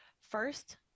First